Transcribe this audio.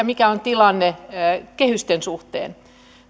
mikä on tilanne kehysten suhteen